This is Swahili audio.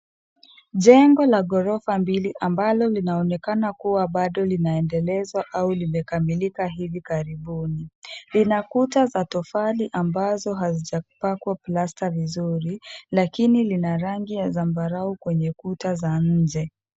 Jengo la ghorofa mbili amblo linaonekana kuwa bado linaendelezwa au limekamilika hivi karibuni. Lina kuta za tofali ambazo hazijapakwa plasta vizuri lakini lina rangi ya zambarau kwenye kuta za nje.